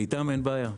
איתם אין בעיה.